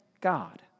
God